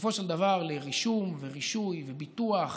בסופו של דבר לרישום ורישוי וביטוח